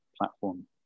platform